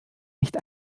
nicht